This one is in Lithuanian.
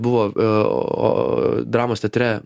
buvo o dramos teatre